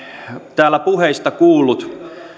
täällä puheista kuullut